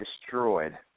destroyed –